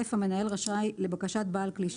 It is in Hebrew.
"חלופות להפחתת פליטת הגופרית המנהל רשאי לבקשת בעל כלי